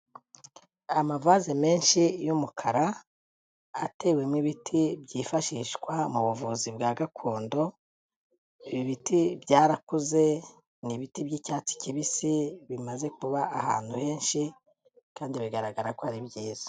Amavaze menshi y'umukara, atewemo ibiti byifashishwa mu buvuzi bwa gakondo, ibi biti byarakuze, ni ibiti by'icyatsi kibisi, bimaze kuba ahantu henshi kandi bigaragara ko ari byiza.